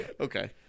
okay